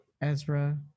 Ezra